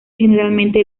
generalmente